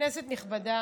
כנסת נכבדה,